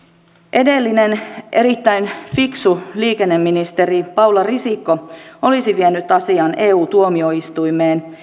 edellinen erittäin fiksu liikenneministeri paula risikko olisi vienyt asian eu tuomioistuimeen